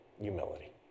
humility